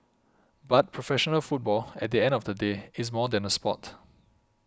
but professional football at the end of the day is more than a sport